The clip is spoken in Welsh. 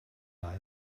lai